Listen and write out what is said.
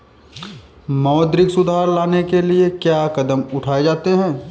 मौद्रिक सुधार लाने के लिए क्या कदम उठाए जाते हैं